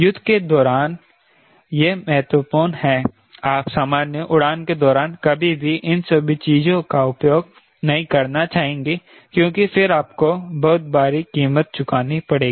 युद्ध के दौरान यह महत्वपूर्ण है आप सामान्य उड़ान के दौरान कभी भी इन सभी चीजों का उपयोग नहीं करना चाहेंगे क्योंकि फिर आपको बहुत भारी कीमत चुकानी पड़ेगी